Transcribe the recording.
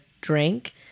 drink